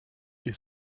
est